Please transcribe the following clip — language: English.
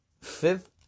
Fifth